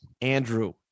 Andrew